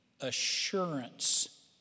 assurance